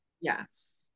Yes